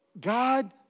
God